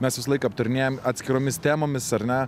mes visąlaik aptarinėjam atskiromis temomis ar ne